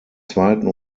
zweiten